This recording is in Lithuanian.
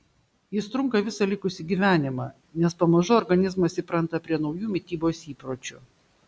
jis trunka visą likusį gyvenimą nes pamažu organizmas įpranta prie naujų mitybos įpročių